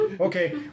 Okay